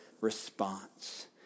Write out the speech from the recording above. response